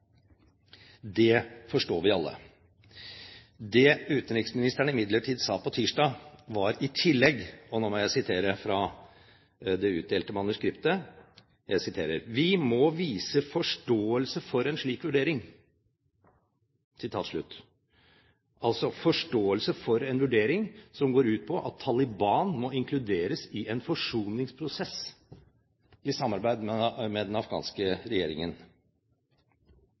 Det forstår vi alle. Det utenriksministeren imidlertid i tillegg sa på tirsdag, var, og nå siterer jeg fra det utdelte manuskriptet: «Vi må vise forståelse for en slik vurdering» – altså forståelse for en vurdering som går ut på at Taliban må inkluderes i en forsoningsprosess, i samarbeid med den afghanske regjeringen.